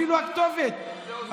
אפילו הכתובת,